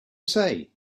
say